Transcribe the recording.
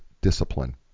discipline